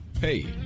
Hey